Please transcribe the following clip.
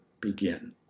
begin